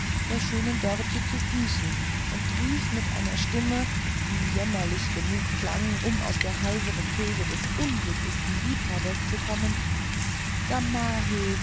der schönen dörtje zu füßen und rief mit einer stimme die jämmerlich genug klang um aus der heiseren kehle des unglücklichsten liebhabers zu kommen